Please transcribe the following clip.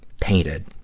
painted